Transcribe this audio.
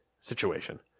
situation